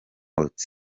umwotsi